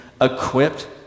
equipped